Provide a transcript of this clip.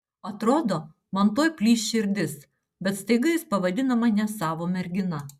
atrodo man tuoj plyš širdis bet staiga jis pavadina mane savo mergina